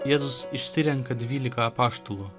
jėzus išsirenka dvylika apaštalų